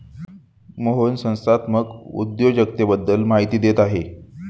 मोहन संस्थात्मक उद्योजकतेबद्दल माहिती देत होता